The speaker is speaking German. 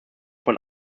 von